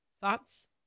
thoughts